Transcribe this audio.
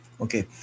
Okay